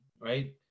right